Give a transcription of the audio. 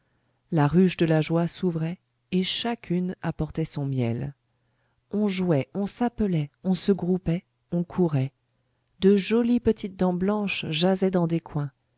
la ruche de la joie s'ouvrait et chacune apportait son miel on jouait on s'appelait on se groupait on courait de jolies petites dents blanches jasaient dans des coins